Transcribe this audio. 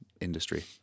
industry